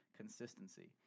consistency